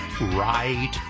right